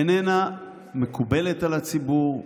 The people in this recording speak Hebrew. איננה מקובלת על הציבור.